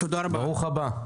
ברוך הבא.